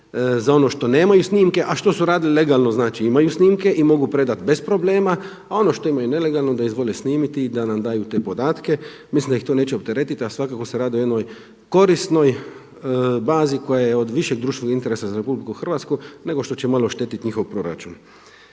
za ono što nemaju snimke, a što su radili legalno znači imaju snimke i mogu predati bez problema, a ono što imaju nelegalno da izvole snimiti i da nam daju te podatke, mislim da ih to neće opteretiti, a svakako se radi o jednoj korisnoj bazi koja je od višeg društvenog interesa za RH nego što će malo štetiti njihov proračun.